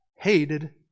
hated